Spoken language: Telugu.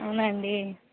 అవునాండి